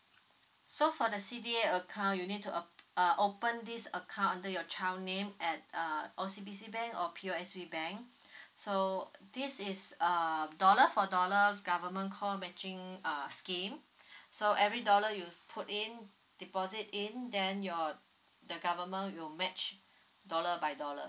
so for the C_D_A account you need to uh a open this account under your child name at uh O_C_B_C bank or P_O_S_B bank so this is uh dollar for dollar government co matching err scheme so every dollar you put in deposit in then your the government will match dollar by dollar